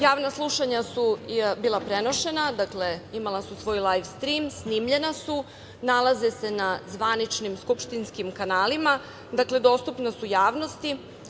Javna slušanja su bila prenošena, dakle, imala su svoj lajv strim, snimljena su, nalaze se na zvaničnim skupštinskim kanalima, dostupna su javnosti.